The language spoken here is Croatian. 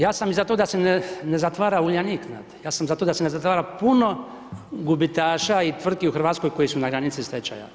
Ja sam i za to da se ne zatvara Uljanik, znate, ja sam za to da se ne zatvara puno gubitaša i tvrtki u Hrvatskoj koji su na granici stačaja.